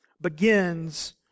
begins